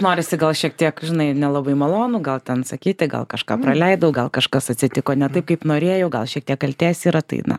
norisi gal šiek tiek žinai nelabai malonu gal ten sakyti gal kažką praleidau gal kažkas atsitiko ne taip kaip norėjau gal šiek tiek kaltės yra tai na